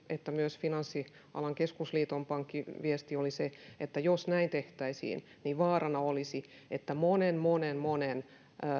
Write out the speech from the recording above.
että myös finanssialan keskusliiton viesti oli se että jos näin tehtäisiin niin vaarana olisi että monen monen monen